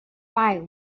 fight